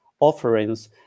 offerings